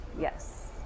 yes